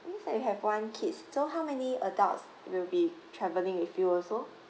since that you have one kids so how many adults will be travelling with you also